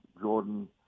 Jordan